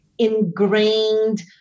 Ingrained